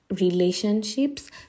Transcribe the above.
relationships